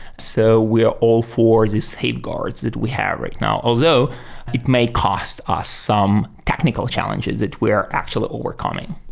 so we're all for the safe guards that we have right now. although it may cost us some technical challenges that we're actually overcoming.